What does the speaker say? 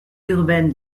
urbaine